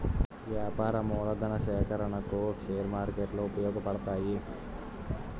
వ్యాపార మూలధన సేకరణకు షేర్ మార్కెట్లు ఉపయోగపడతాయి